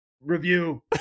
Review